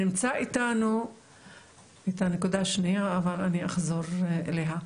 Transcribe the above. לנקודה השנייה אחזור אליה.